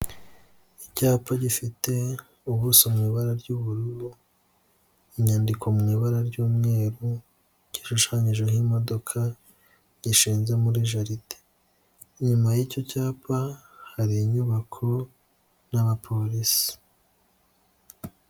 Icyapa gifite ubuso mu ibara ry'ubururu, inyandiko mu ibara ry'umweru, gishushanyijeho imodoka gishinze muri jaride. Inyuma y'icyo cyapa hari inyubako n'abapolisi.